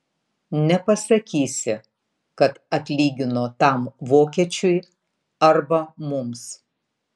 nepasakysi kad atlygino tam vokiečiui arba mums